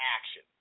action